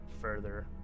further